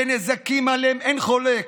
לנזקים שעליהם אין חולק,